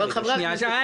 אבל חברי הכנסת לא.